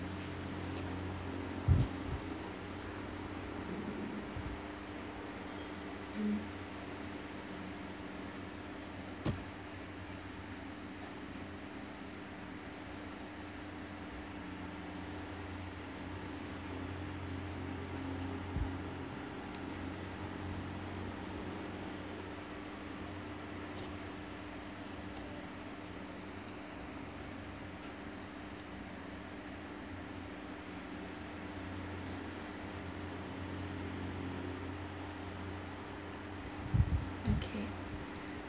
mm okay